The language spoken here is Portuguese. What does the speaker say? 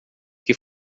que